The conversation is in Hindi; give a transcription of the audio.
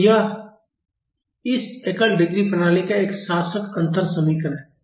तो यह इस एकल डिग्री प्रणाली का शासक अंतर समीकरण है